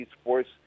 Sports